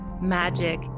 magic